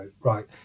right